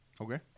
Okay